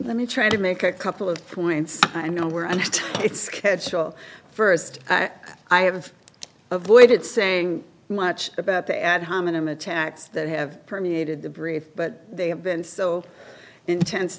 let me try to make a couple of points i know where and it's casual first i have avoided saying much about the ad hominem attacks that have permeated the brief but they have been so intense